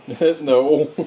No